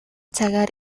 цагаар